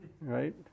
right